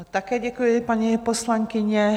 Také děkuji, paní poslankyně.